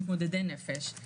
מתמודדי נפש,